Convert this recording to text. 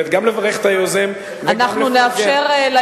כך ייראה הסדר